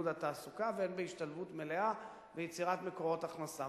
התעסוקה והן בהשתלבות מלאה ביצירת מקורות הכנסה.